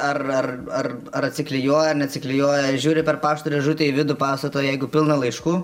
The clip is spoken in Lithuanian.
ar ar ar atsiklijuoja neatsiklijuoja žiūri per pašto dėžutę į vidų pastato jeigu pilna laiškų